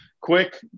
quick